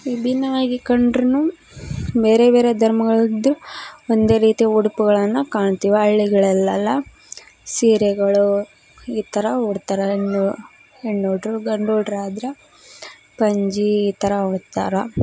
ವಿಭಿನ್ನವಾಗಿ ಕಂಡ್ರೂನು ಬೇರೆ ಬೇರೆ ಧರ್ಮಗಳದ್ದು ಒಂದೇ ರೀತಿ ಉಡುಪುಗಳನ್ನು ಕಾಣ್ತೀವಿ ಹಳ್ಳಿಗಳಲ್ಲೆಲ್ಲ ಸೀರೆಗಳು ಈ ಥರ ಉಡ್ತಾರ ಹೆಣ್ಣು ಹೆಣ್ಣು ಹುಡ್ರು ಗಂಡು ಹುಡ್ರ್ ಆದ್ರೆ ಪಂಚಿ ಈ ಥರ ಉಡ್ತಾರೆ